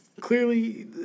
clearly